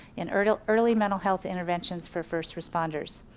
in early early mental health interventions for first responders.